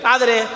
Adre